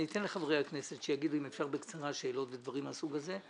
אני אתן לחברי הכנסת שיגיעו אם אפשר בקצרה שאלות ודברים מהסוג הזה,